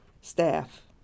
staff